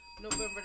November